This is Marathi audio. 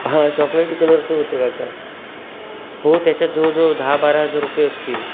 हां चॉकलेटी कलरचं होतं का हो त्याच्यात जवळ जवळ दहा बारा हजार रुपये असतील